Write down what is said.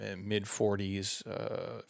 mid-40s